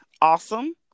awesome